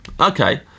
okay